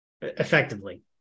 effectively